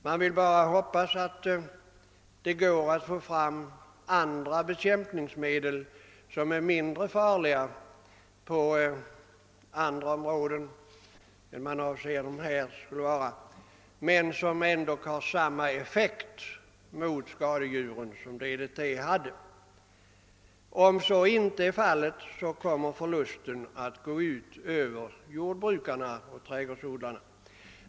Man vill bara hoppas att det går att få fram andra bekämpningsmedel som är mindre farliga men som ändå har samma effekt mot skadedjuren som DDT hade. Om så inte blir fallet kommer förlusten att gå ut över jordbrukarna och trädgårdsodlarna.